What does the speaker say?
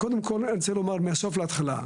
קודם כל אני רוצה לומר מהסוף להתחלה,